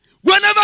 Whenever